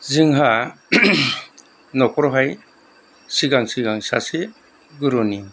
जोंहा न'खरावहाय सिगां सिगां सासे गुरुनि